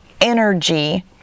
energy